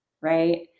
Right